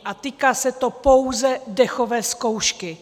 A týká se to pouze dechové zkoušky.